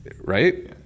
right